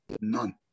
None